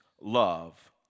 love